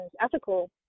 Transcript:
ethical